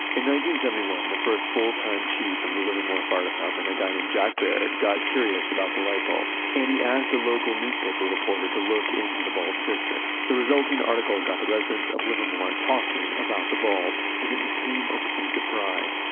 seventy one, the first full-time chief of the livermore fire department, a guy named jack baird, got curious about the light bulb and he asked the local newspaper reporter to look into the bulb's history. the resulting article got the residents of livermore talking about the bulb and it became a point of pride.